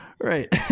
Right